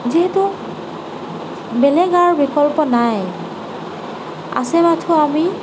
যিহেতু বেলেগ আৰু বিকল্প নাই আছে মাথোঁ আমি